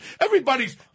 Everybody's